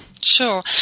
Sure